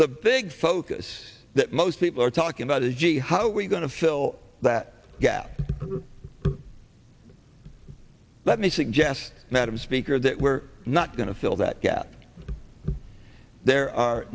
the big focus that most people are talking about the gee how are we going to fill that gap let me suggest madam speaker that we're not going to fill that gap there are